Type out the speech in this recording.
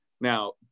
Now